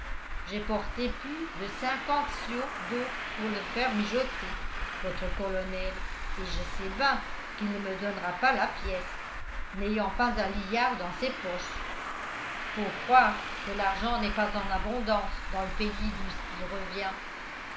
j'ai porté pus de cinquante siaux d'eau pour le faire mijoter votre colonel et je sais ben qu'il ne me donnera pas la pièce n'ayant pas un liard dans ses poches faut croire que l'argent n'est pas en abondance dans le pays d'oùs qu'il revient